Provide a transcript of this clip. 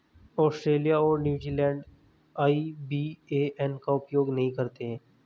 Australia और New Zealand IBAN का उपयोग नहीं करते हैं